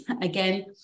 again